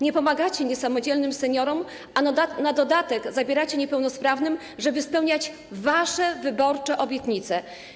Nie pomagacie niesamodzielnym seniorom, a na dodatek zabieracie niepełnosprawnym, żeby spełniać wasze wyborcze obietnice.